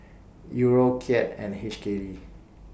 Euro Kyat and H K D